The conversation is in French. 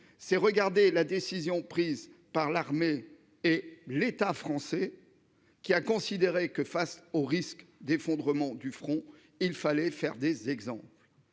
c'est regarder la décision prise par l'armée et l'État français qui a considéré que face au risque d'effondrement du front, il fallait faire des exemples.